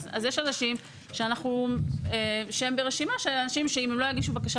אז יש אנשים שהם ברשימה של אנשים שאם הם לא יגישו בקשה